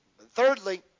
Thirdly